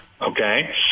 Okay